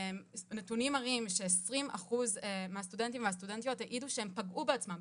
נתונים מראים ש-20% מהסטודנטים והסטודנטיות העידו שהם פגעו בעצמם,